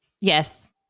Yes